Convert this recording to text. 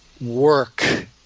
work